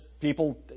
people